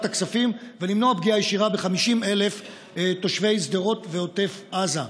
הכספים ולמנוע פגיעה ישירה ב-50,000 תושבי שדרות ועוטף עזה.